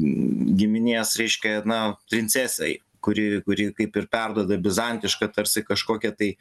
giminės reiškia na princesei kuri kuri kaip ir perduoda bizantišką tarsi kažkokią tai